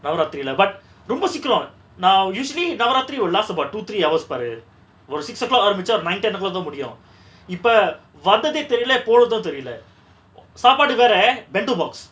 navaraathiri lah but ரொம்ப சீகிரோ நா:romba seekiro na usually navaraathiri will last about two three hours பாரு ஒரு:paaru oru six o'clock ஆரம்பிச்சா ஒரு:aarambicha oru nine ten o'clock தா முடியு இப்ப வந்ததே தெரில போனது தெரில சாப்பாடுகார:tha mudiyu ippa vanthathe therila ponathu therila saapadukaara bento box